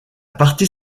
partie